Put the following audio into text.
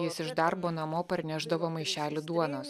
jis iš darbo namo parnešdavo maišelį duonos